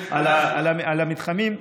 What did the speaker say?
על המתחמים.